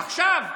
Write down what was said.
עכשיו,